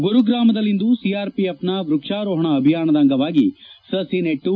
ಗುರುಗ್ರಾಮದಲ್ಲಿಂದು ಸಿಆರ್ಪಿಎಫ್ನ ವ್ಯಕ್ಷಾರೋಹಣ ಅಭಿಯಾನದ ಅಂಗವಾಗಿ ಸಸಿ ನೆಟ್ಟು